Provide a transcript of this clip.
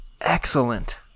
excellent